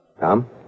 Tom